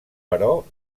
però